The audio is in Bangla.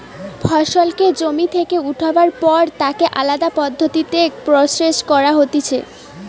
ফসলকে জমি থেকে উঠাবার পর তাকে আলদা পদ্ধতিতে প্রসেস করা হতিছে